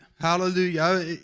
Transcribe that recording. Hallelujah